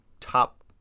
top